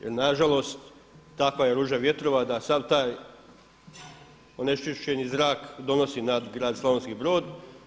Jer na žalost takva je ruža vjetrova da sav taj onečišćeni zrak donosi nad grad Slavonski Brod.